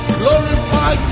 glorify